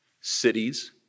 cities